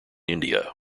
india